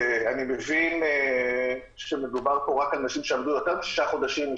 אני מבין שמדובר פה רק על נשים שעבדו יותר משישה חודשים,